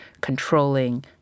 controlling